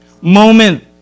moment